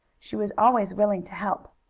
she was always willing to help.